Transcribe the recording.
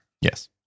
Yes